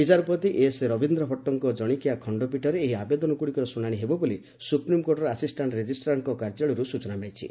ବିଚାରପତି ଏସ୍ ରବୀନ୍ଦ୍ର ଭଟ୍ଟଙ୍କ ଜଣିକିଆ ଖଣ୍ଡପୀଠରେ ଏହି ଆବେଦନଗୁଡ଼ିକର ଶୁଣାଣି ହେବ ବୋଲି ସୁପ୍ରିମ୍କୋର୍ଟର ଆସିଷ୍ଟାଣ୍ଟ୍ ରେଜିଷ୍ଟ୍ରାର୍କ କାର୍ଯ୍ୟାଳୟରୁ ସୂଚନା ମିଳିଛି